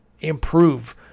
improve